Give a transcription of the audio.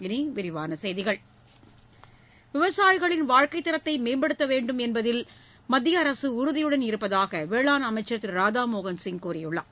இனி விரிவான செய்திகள் விவசாயிகளின் வாழ்க்கைத் தரத்தை மேம்படுத்த வேண்டும் என்பதில் மத்திய அரசு உறுதியுடன் இருப்பதாக வேளாண் அமைச்சர் திரு ராதாமோகன் சிங் கூறியுள்ளார்